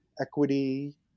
equity